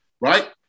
right